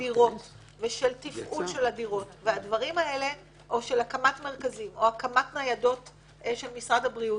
דירות ושל תפעול הדירות או של הקמת מרכזים או ניידות של משרד הבריאות.